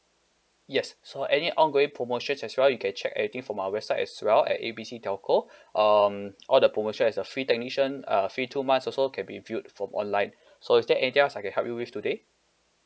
yes so any ongoing promotions as well you can check everything from our website as well at A B C telco um all the promotion has a free technician uh free two months also can be viewed from online so is there anything else I can help you with today